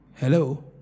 Hello